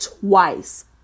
twice